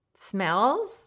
smells